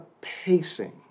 pacing